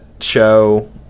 show